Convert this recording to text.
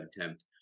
attempt